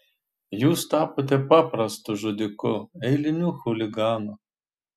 jūs tapote paprastu žudiku eiliniu chuliganu